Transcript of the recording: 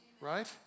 right